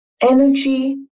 Energy